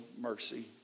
mercy